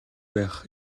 байх